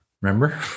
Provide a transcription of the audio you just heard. Remember